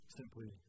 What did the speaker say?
simply